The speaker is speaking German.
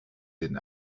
den